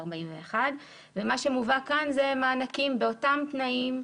מה שמובא כאן זה מענקים באותם תנאים.